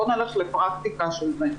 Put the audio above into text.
בואו נלך לפרקטיקה של זה,